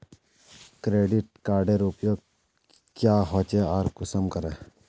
Credit कार्डेर उपयोग क्याँ होचे आर कुंसम करे?